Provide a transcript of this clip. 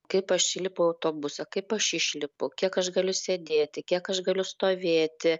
kaip aš įlipu į autobusą kaip aš išlipu kiek aš galiu sėdėti kiek aš galiu stovėti